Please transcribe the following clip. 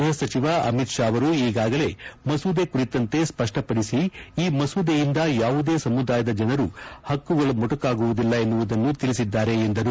ಗೃಹ ಸಚಿವ ಅಮಿತ್ ಷಾ ಅವರು ಈಗಾಗಲೇ ಮಸೂದೆ ಕುರಿತಂತೆ ಸ್ಪಷ್ಟಪಡಿಸಿ ಈ ಮಸೂದೆಯಿಂದ ಯಾವುದೇ ಸಮುದಾಯದ ಜನರ ಹಕ್ಕುಗಳು ಮೊಟುಕಾಗುವುದಿಲ್ಲ ಎನ್ನುವುದನ್ನು ತಿಳಿಸಿದ್ದಾರೆ ಎಂದರು